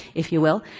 if you will,